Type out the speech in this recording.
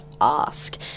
ask